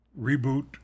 reboot